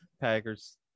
Packers